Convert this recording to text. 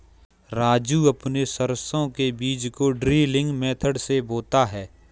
राजू अपने सरसों के बीज को ड्रिलिंग मेथड से बोता है